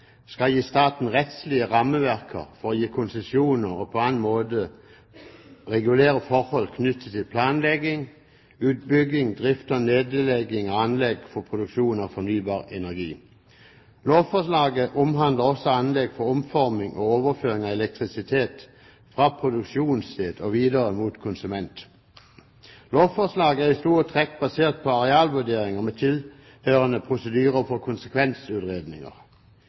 skal gi staten det rettslige rammeverket for å gi konsesjoner og på annen måte regulere forhold knyttet til planlegging, utbygging, drift og nedlegging av anlegg for produksjon av fornybar energi. Lovforslaget omhandler også anlegg for omforming og overføring av elektrisitet fra produksjonssted og videre mot konsument. Lovforslaget er i store trekk basert på arealvurderinger med tilhørende prosedyrer for konsekvensutredninger.